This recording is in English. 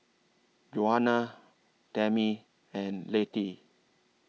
Juana Tammie and Lettie